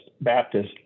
Baptist